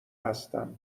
هستم